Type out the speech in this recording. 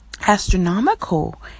astronomical